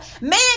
man